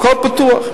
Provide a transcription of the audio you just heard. הכול פתוח,